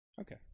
Okay